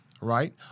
right